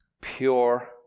Pure